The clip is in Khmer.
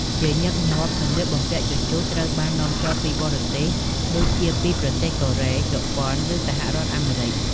ជាញឹកញាប់ សម្លៀកបំពាក់ជជុះត្រូវបាននាំចូលពីបរទេស ដូចជាពីប្រទេសកូរ៉េ ជប៉ុន ឬសហរដ្ឋអាមេរិក។